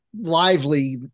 lively